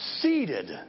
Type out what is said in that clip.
seated